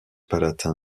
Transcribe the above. palatin